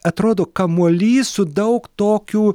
atrodo kamuolys su daug tokių